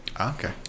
Okay